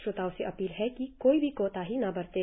श्रोताओं से अपील है कि कोई भी कोताही न बरतें